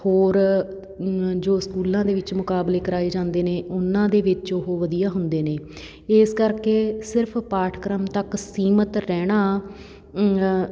ਹੋਰ ਜੋ ਸਕੂਲਾਂ ਦੇ ਵਿੱਚ ਮੁਕਾਬਲੇ ਕਰਵਾਏ ਜਾਂਦੇ ਨੇ ਉਨ੍ਹਾਂ ਦੇ ਵਿੱਚ ਉਹ ਵਧੀਆ ਹੁੰਦੇ ਨੇ ਇਸ ਕਰਕੇ ਸਿਰਫ ਪਾਠਕ੍ਰਮ ਤੱਕ ਸੀਮਤ ਰਹਿਣਾ